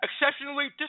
exceptionally